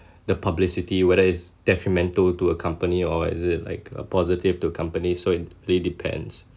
the publicity whether it's detrimental to a company or is it like a positive to company so it really depends